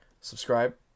Subscribe